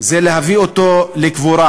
זה להביא אותו לקבורה.